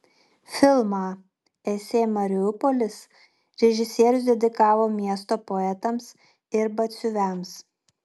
filmą esė mariupolis režisierius dedikavo miesto poetams ir batsiuviams